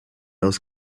else